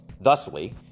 thusly